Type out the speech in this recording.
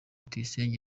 tuyisenge